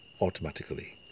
automatically